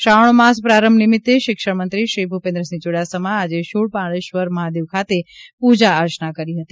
શ્રાવણ માસ પ્રારંભ નિમિત્તે શિક્ષણ મંત્રી ભુપેન્દ્રસિંહ ચુડાસમા આજે શુળ પાનેશ્વર મહાદેવ ખાતે પુર્જા અર્ચના કરી હતી